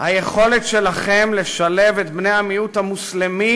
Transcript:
היכולת שלכם לשלב את בני המיעוט המוסלמי